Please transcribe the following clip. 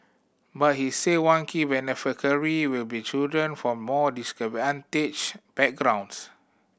but he said one key beneficiary will be children from more disadvantaged backgrounds